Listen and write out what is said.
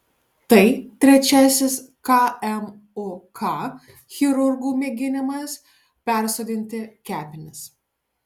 tai trečiasis kmuk chirurgų mėginimas persodinti kepenis